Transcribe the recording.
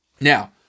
Now